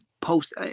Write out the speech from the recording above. post